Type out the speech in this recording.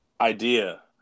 idea